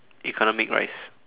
economic rice